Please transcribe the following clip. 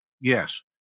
Yes